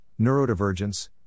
neurodivergence